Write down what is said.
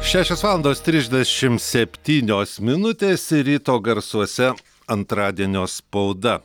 šešios valandos trišdešim septynios minutės ir ryto garsuose antradienio spauda